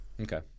okay